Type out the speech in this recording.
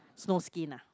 snowskin ah